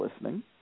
listening